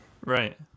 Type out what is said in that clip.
Right